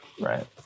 right